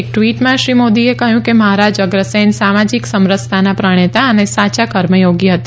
એક ટ્વીટમાં શ્રી મોદીએ કહ્યું કે મહારાજ અગ્રસેન સામાજીક સમરસતાના પ્રણેતા અને સાચા કર્મયોગી હતા